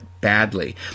badly